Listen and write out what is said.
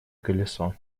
колесо